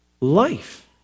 life